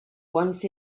once